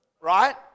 right